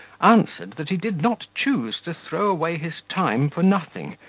answered, that he did not choose to throw away his time for nothing,